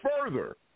further